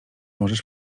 możesz